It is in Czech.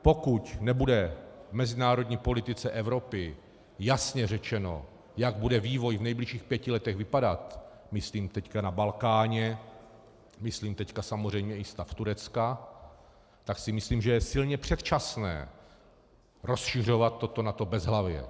Pokud nebude v mezinárodní politice Evropy jasně řečeno, jak bude vývoj v nejbližších pěti letech vypadat, myslím teď na Balkáně, myslím teď samozřejmě i stav Turecka, tak si myslím, že je silně předčasné rozšiřovat toto NATO bezhlavě.